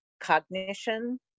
cognition